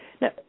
Now